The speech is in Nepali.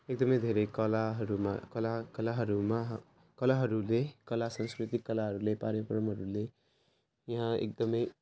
एकदमै धेरै कलाहरूमा कला कलाहरूमा कलाहरूले कला संस्कृति कलाहरूले परम्पराहरूले यहाँ एकदमै